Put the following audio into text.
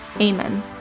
Amen